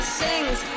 sings